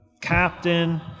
captain